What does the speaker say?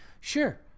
Sure